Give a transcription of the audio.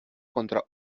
contra